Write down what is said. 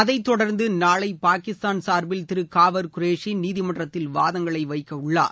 அதைத் தொடர்ந்து நாளை பாகிஸ்தான் சார்பில் திரு காவர் குரேஷி நீதிமன்றத்தில் வாதங்களை வைக்கவுள்ளார்